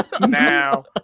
Now